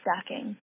stacking